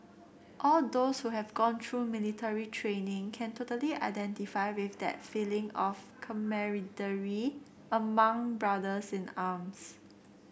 all those who have gone through military training can totally identify with that feeling of camaraderie among brothers in arms